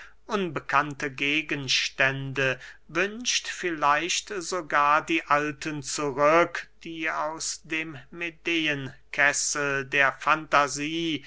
unbekannte gegenstände wünscht vielleicht sogar die alten zurück die aus dem medeen kessel der fantasie